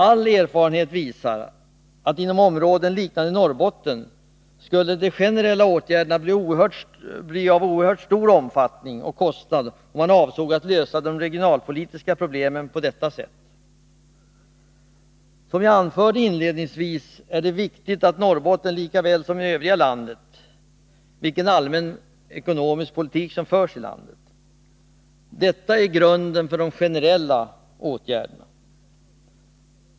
All erfarenhet visar att i områden liknande Norrbotten skulle de generella åtgärderna bli av oerhört stor omfattning och kostnad, om man avsåg att lösa de regionalpolitiska problemen på detta sätt. Som jag anförde inledningsvis, är det viktigt för Norrbotten lika väl som för övriga landet vilken allmän ekonomisk politik som förs i landet. Detta är grunden för de generella åtgärderna.